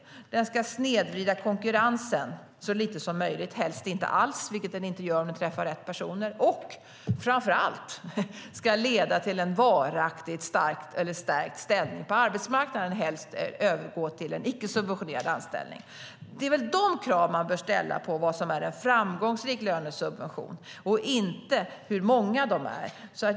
Den ska snedvrida konkurrensen så lite som möjligt, helst inte alls, vilket den inte gör om den träffar rätt personer. Och framför allt ska den leda till en varaktigt stark ställning på arbetsmarknaden, helst övergå till en icke-subventionerad anställning. Det är väl dessa krav man bör ställa på vad som är en framgångsrik lönesubvention och inte hur många de är.